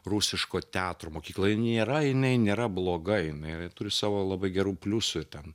rusiško teatro mokykla nėra jinai nėra bloga jinai turi savo labai gerų pliusų ten